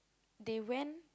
they went